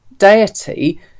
Deity